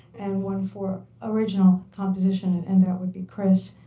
and one for original composition, and that would be chris.